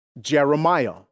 Jeremiah